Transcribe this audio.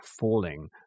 falling